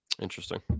Interesting